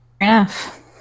enough